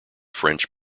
french